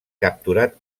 capturat